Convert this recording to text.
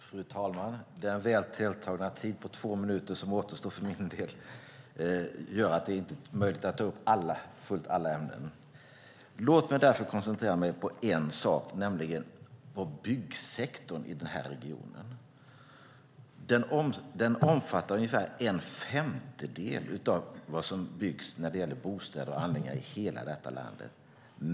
Fru talman! Den väl tilltagna tid på två minuter som återstår för min del gör att det inte är möjligt att ta upp fullt alla ärenden. Låt mig därför koncentrera mig på en sak, nämligen byggsektorn i den här regionen. Den omfattar ungefär en femtedel av vad som byggs i form av bostäder och anläggningar i hela landet.